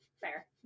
Fair